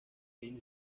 menino